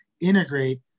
integrate